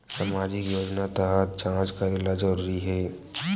सामजिक योजना तहत जांच करेला जरूरी हे